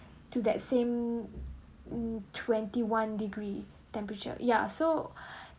to that same mm twenty-one degree temperature yeah so